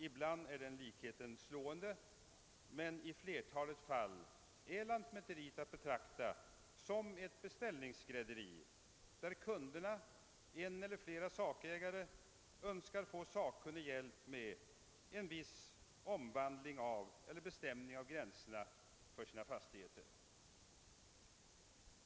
Ibland är den likheten slående, men i flertalet fall är lantmäteriet att betrakta som ett beställningsskrädderi; kunderna — en eller flera sakägare — önskar få sakkunnig hjälp med en viss omvandling av eller bestämning av gränserna för sina fastigheter.